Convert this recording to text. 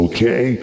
Okay